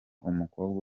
umukobwa